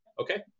okay